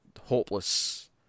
hopeless